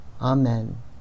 Amen